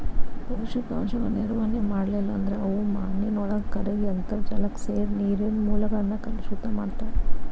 ಪೋಷಕಾಂಶಗಳ ನಿರ್ವಹಣೆ ಮಾಡ್ಲಿಲ್ಲ ಅಂದ್ರ ಅವು ಮಾನಿನೊಳಗ ಕರಗಿ ಅಂತರ್ಜಾಲಕ್ಕ ಸೇರಿ ನೇರಿನ ಮೂಲಗಳನ್ನ ಕಲುಷಿತ ಮಾಡ್ತಾವ